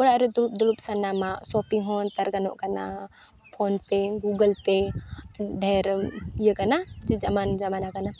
ᱚᱲᱟᱜ ᱨᱮ ᱫᱩᱲᱩᱵ ᱫᱩᱲᱩᱵ ᱥᱟᱱᱟᱢᱟᱜ ᱥᱚᱯᱤᱝ ᱦᱚᱸ ᱱᱮᱛᱟᱨ ᱜᱟᱱᱚᱜ ᱠᱟᱱᱟ ᱯᱷᱳᱱ ᱯᱮ ᱜᱩᱜᱳᱞ ᱯᱮ ᱰᱷᱮᱨ ᱤᱭᱟᱹ ᱠᱟᱱᱟ ᱡᱮ ᱡᱟᱢᱟᱱᱟ ᱠᱟᱱᱟ